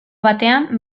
batean